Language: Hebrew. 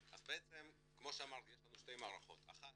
אז בעצם כמו שאמרתי יש לנו שתי מערכות: אחת